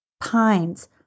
Pines